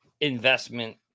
investment